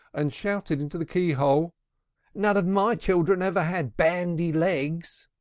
and shouted into the key-hole none of my children ever had bandy-legs!